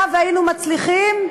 היה והיינו מצליחים,